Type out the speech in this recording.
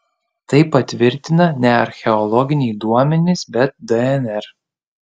tai patvirtina ne archeologiniai duomenys bet dnr